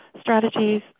strategies